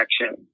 action